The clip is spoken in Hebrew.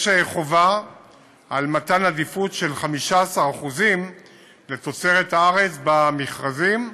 יש חובה על מתן עדיפות של 15% לתוצרת הארץ במכרזים.